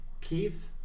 Keith